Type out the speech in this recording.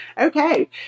Okay